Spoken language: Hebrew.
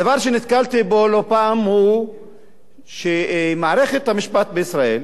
הדבר שנתקלתי בו לא פעם הוא שבמערכת המשפט בישראל